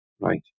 right